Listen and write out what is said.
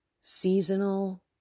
seasonal